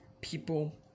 people